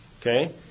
Okay